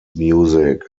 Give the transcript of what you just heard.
music